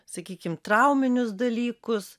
sakykim trauminius dalykus